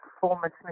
performance